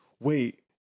wait